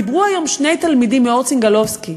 דיברו היום שני תלמידים מ"אורט סינגאלובסקי",